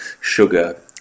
sugar